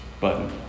Button